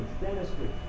dentistry